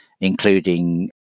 including